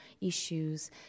issues